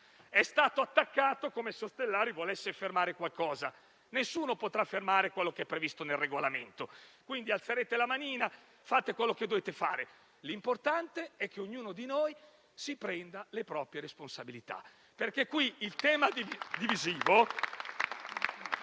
È stato attaccato come se Ostellari volesse fermare qualcosa. Nessuno potrà fermare quello che è previsto nel Regolamento. Quindi alzerete la manina e farete quello che dovete fare. L'importante è che ognuno di noi si assuma le proprie responsabilità. Mi avvio